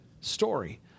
story